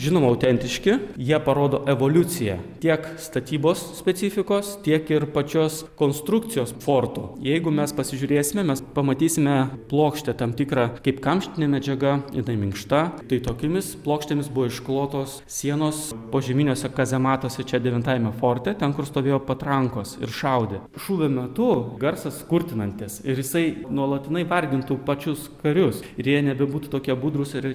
žinoma autentiški jie parodo evoliuciją tiek statybos specifikos tiek ir pačios konstrukcijos sporto jeigu mes pasižiūrėsime mes pamatysime plokštę tam tikrą kaip kamštinė medžiaga jinai minkšta tai tokiomis plokštėmis buvo išklotos sienos požeminiuose kazematuose čia devintajame forte ten kur stovėjo patrankos ir šaudė šūvio metu garsas kurtinantis ir jisai nuolatinai vargintų pačius karius ir jie nebebūtų tokie budrūs ir